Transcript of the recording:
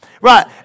Right